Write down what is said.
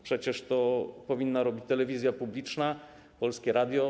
Przecież to powinna robić telewizja publiczna, Polskie Radio.